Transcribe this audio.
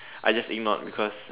I just ignored because